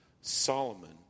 Solomon